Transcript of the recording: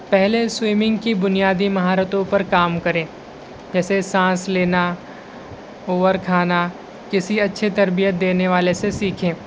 پہلے سوئمنگ کی بنیادی مہارتوں پر کام کریں جیسے سانس لینا اوور کھانا کسی اچھے تربیت دینے والے سے سیکھیں